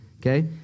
okay